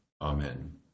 Amen